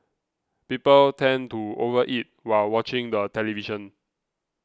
people tend to over eat while watching the television